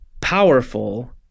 powerful